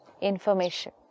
Information